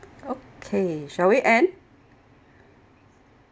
okay shall we end